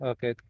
Okay